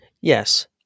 Yes